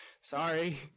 Sorry